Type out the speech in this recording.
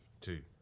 Two